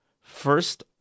first